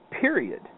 Period